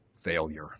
failure